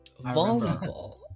Volleyball